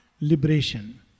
liberation